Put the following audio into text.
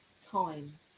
time